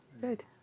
good